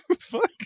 Fuck